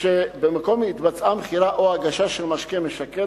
כי במקום התבצעה מכירה או הגשה של משקה משכר